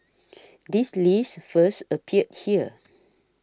this list first appeared here